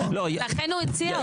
לכן הוא הציע אותו.